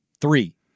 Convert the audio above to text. Three